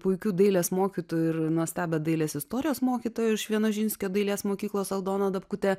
puikių dailės mokytojų ir nuostabią dailės istorijos mokytoją iš vienožinskio dailės mokyklos aldoną dapkutę